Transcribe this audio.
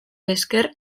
esker